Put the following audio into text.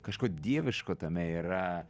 kažko dieviško tame yra